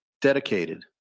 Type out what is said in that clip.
dedicated